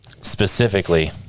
specifically